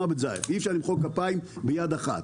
בתצפק אי אפשר למחוא כפיים ביד אחת.